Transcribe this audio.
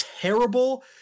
terrible